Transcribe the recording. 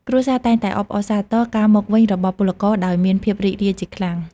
គ្រួសារតែងតែអបអរសាទរការមកវិញរបស់ពលករ ដោយមានភាពរីករាយជាខ្លាំង។